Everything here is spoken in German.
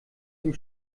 dem